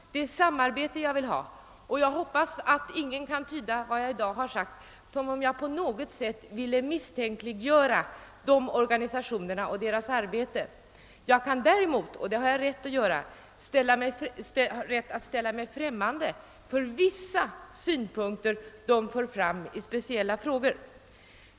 Det är samarbete vi måste ha, och jag hoppas att ingen kan tyda vad jag i dag har sagt som om jag på något sätt ville misstänkliggöra dessa organisationer och deras arbete. Däremot kan jag — och det har jag rätt att göra — ställa mig främmande till vissa synpunkter som man för fram i speciella frågor.